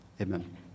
Amen